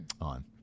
on